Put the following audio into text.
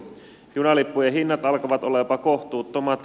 junalippujen hinnat alkavat olla jopa kohtuuttomat